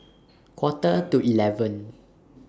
Quarter to eleven